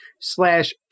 slash